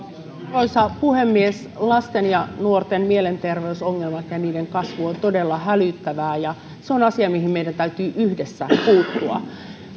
arvoisa puhemies lasten ja nuorten mielenterveysongelmat ja niiden kasvu on todella hälyttävää ja se on asia mihin meidän täytyy yhdessä puuttua